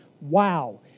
wow